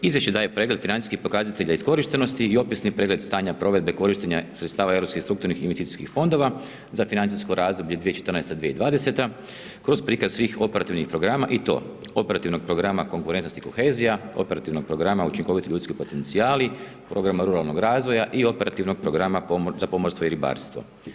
Izvješće daje pregled financijskih pokazatelja iskorištenosti i opisni predmet stanja provedbe korištenja sredstava europskih strukturnih fondova, za financijsko razdoblje 2014.-2020. kroz prikaz svih operativnih programa i to operativnog programa konkurentnosti i kohezija, operativnog programa učinkoviti ljudski potencijali, program ruralnog razvoja i operativnog programa za pomorstvo i ribarstvo.